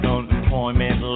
Unemployment